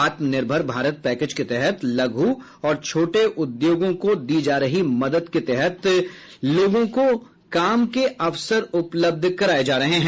आत्मनिर्भर भारत पैकेज के तहत लघु और छोटे उद्योगों को दी जा रही मदद के तहत ऐसे लोगों को काम के अवसर उपलब्ध कराये जा रहे हैं